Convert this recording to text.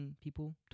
people